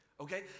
okay